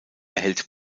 erhält